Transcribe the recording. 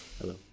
Hello